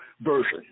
version